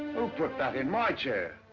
who put that in my chair?